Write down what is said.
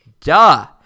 duh